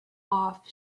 off